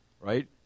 right